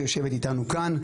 שיושבת איתנו כאן.